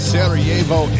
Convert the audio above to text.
Sarajevo